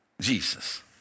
Jesus